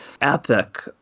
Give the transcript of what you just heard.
epic